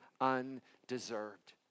undeserved